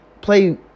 Play